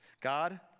God